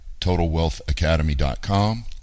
TotalWealthAcademy.com